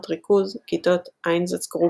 מחנות ריכוז, כיתות "איינזצגרופן"